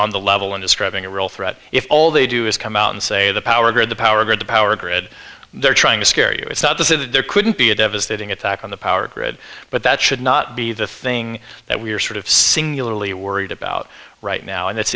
on the level when describing a real threat if all they do is come out and say the power grid the power grid the power grid they're trying to scare you it's not to say that there couldn't be a devastating attack on the power grid but that should not be the thing that we're sort of singularly worried about right now and